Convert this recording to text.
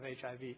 HIV